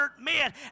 men